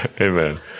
Amen